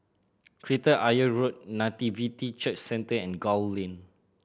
Kreta Ayer Road Nativity Church Centre and Gul Lane